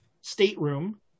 stateroom